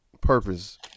purpose